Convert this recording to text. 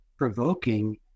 provoking